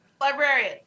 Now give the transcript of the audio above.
Librarian